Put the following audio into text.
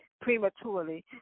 prematurely